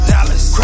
Dallas